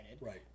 Right